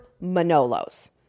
Manolo's